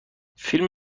فیلم